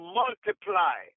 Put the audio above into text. multiply